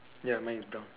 ya mine is brown